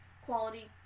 quality